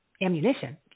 ammunition